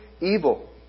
evil